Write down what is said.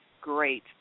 great